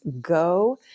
go